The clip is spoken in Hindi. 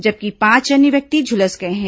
जबकि पांच अन्य व्यक्ति झुलस गए हैं